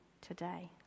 today